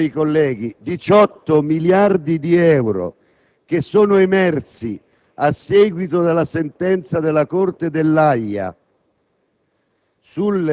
ripeto, cari colleghi, 18 miliardi di euro, emersi a seguito della sentenza della Corte dell'Aja